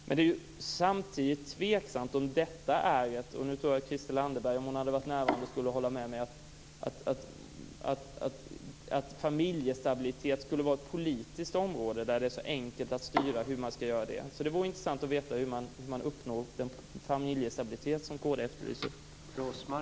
Men samtidigt är det tveksamt om familjestabilitet - jag tror att Christel Anderberg skulle ha hållit med mig, om hon hade varit närvarande - är ett politiskt område som är enkelt att styra. Det vore intressant att få veta hur man uppnår den familjestabilitet som kd efterlyser.